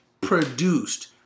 produced